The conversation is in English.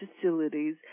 facilities